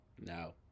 No